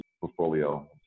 portfolio